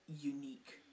unique